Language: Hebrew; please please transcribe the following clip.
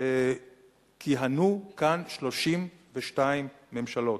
כיהנו כאן 32 ממשלות,